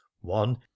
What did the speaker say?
one